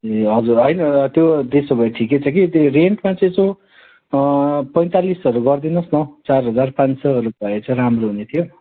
ए हजुर होइन त्यो त्यसो भए ठिकै छ कि त्यो रेन्टमा चाहिँ यसो पैँतालिसहरू गरिदिनु होस् न चार हजार पाँच सौहरू भए चाहिँ राम्रो हुने थियो